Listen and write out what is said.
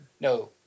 No